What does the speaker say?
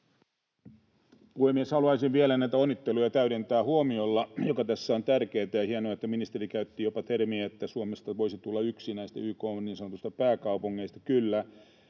Puhemies! Haluaisin vielä näitä onnitteluja täydentää huomiolla, joka tässä on tärkeä. Hienoa, että ministeri käytti jopa termiä, että Suomesta voisi tulla yksi näistä YK:n niin sanotuista